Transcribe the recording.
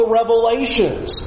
revelations